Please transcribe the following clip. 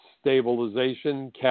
Stabilization